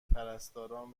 پرستاران